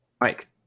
Mike